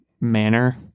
manner